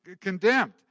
condemned